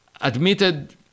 admitted